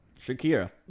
Shakira